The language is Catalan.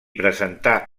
presentà